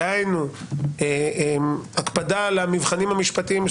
דהיינו הקפדה על המבחנים המשפטיים,